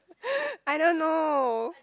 I don't know